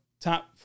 top